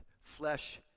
flesh